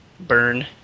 Burn